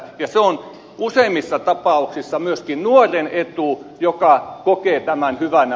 ja se on useimmissa tapauksissa myöskin sen nuoren etu joka kokee tämän hyvänä